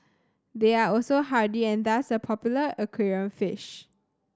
they are also hardy and thus a popular aquarium fish